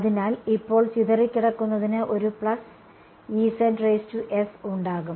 അതിനാൽ ഇപ്പോൾ ചിതറിക്കിടക്കുന്നതിന് ഒരു പ്ലസ് ഉണ്ടാകും